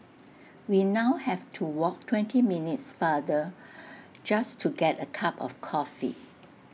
we now have to walk twenty minutes farther just to get A cup of coffee